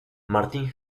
martin